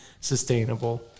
sustainable